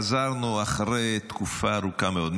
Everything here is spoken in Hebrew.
חזרנו אחרי תקופה ארוכה מאוד,